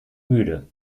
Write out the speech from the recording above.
müde